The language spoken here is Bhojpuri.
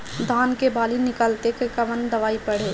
धान के बाली निकलते के कवन दवाई पढ़े?